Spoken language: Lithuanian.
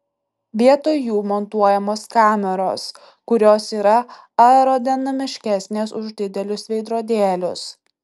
vietoj jų montuojamos kameros kurios yra aerodinamiškesnės už didelius veidrodėlius